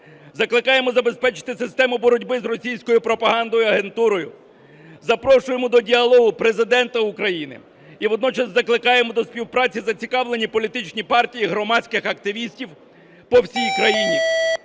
Закликаємо забезпечити систему боротьби з російською пропагандою і агентурою. Запрошуємо до діалогу Президента України. І водночас закликаємо до співпраці зацікавлені політичні партії, громадських активістів по всій країні.